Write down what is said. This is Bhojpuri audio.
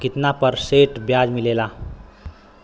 कितना परसेंट ब्याज मिलेला?